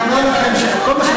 אני אומר לכם שכל מה,